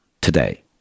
today